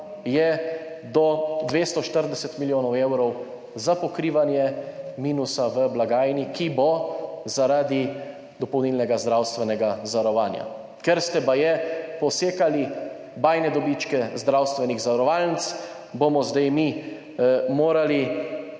je do 240 milijonov evrov za pokrivanje minusa v blagajni, ki bo zaradi dopolnilnega zdravstvenega zavarovanja. Ker ste baje posekali bajne dobičke zdravstvenih zavarovalnic, bomo zdaj mi morali